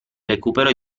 recupero